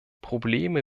probleme